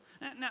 Now